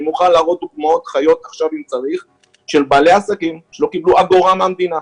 אני מוכן להראות דוגמאות חיות שלא קיבלו אגורה מהמדינה.